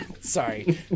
Sorry